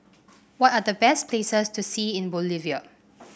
what are the best places to see in Bolivia